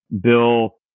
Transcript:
bill